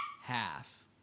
half